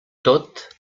tot